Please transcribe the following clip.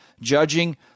judging